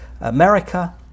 America